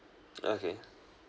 okay